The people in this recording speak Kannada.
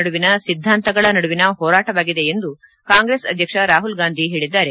ನಡುವಿನ ಸಿದ್ದಾಂತಗಳ ನಡುವಿನ ಹೋರಾಟವಾಗಿದೆ ಎಂದು ಕಾಂಗ್ರೆಸ್ ಅಧ್ಯಕ್ಷ ರಾಹುಲ್ ಗಾಂಧಿ ಹೇಳಿದ್ದಾರೆ